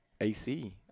AC